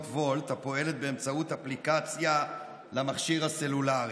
wolt הפועלת באמצעות אפליקציה למכשיר הסלולרי.